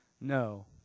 No